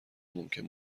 ممکن